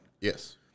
Yes